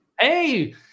Hey